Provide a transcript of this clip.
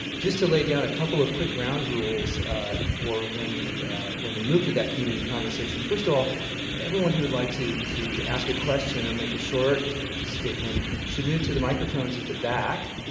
just to lay down a couple of quick ground rules for when we when we move to that community conversation first of all everyone who would like to to ask a question or make a short statement should move to the microphones at the back.